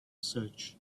search